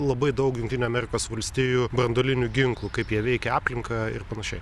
labai daug jungtinių amerikos valstijų branduolinių ginklų kaip jie veikia aplinką ir panašiai